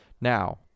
Now